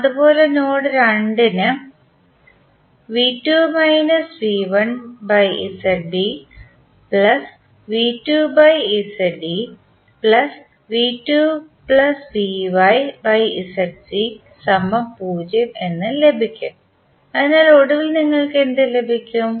അതുപോലെ നോഡ് 2 ന് അതിനാൽ ഒടുവിൽ നിങ്ങൾക്ക് എന്ത് ലഭിക്കും